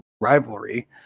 rivalry